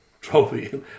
trophy